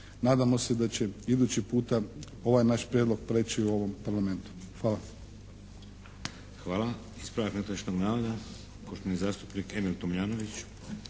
Nadamo se da će idući puta ovaj naš prijedlog preći u ovom Parlamentu. Hvala. **Šeks, Vladimir (HDZ)** Hvala. Ispravak netočnog navoda, poštovani zastupnik Emil Tomljanović.